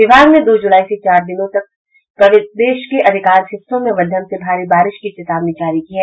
विभाग ने दो जुलाई से चार दिनों तक प्रदेश के अधिकांश हिस्सों में मध्यम से भारी बारिश की चेतावनी जारी की है